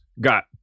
got